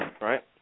Right